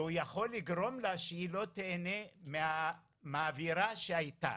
והוא יכול לגרום לה שהיא לא תהנה מהאווירה שהייתה.